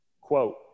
Quote